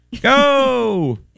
Go